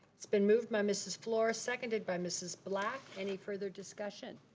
it's been moved by mrs. fluor, ah seconded by mrs. black. any further discussion?